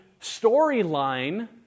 storyline